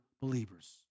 believers